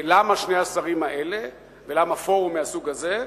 למה שני השרים האלה ולמה פורום מהסוג הזה?